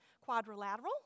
quadrilateral